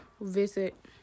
visit